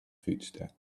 footsteps